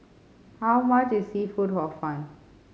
how much is seafood Hor Fun